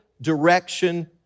direction